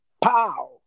Pow